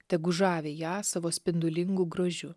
tegu žavi ją savo spindulingu grožiu